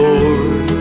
Lord